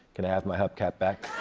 can i have my hubcap back?